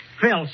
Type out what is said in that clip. Phil